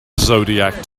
zodiac